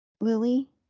Lily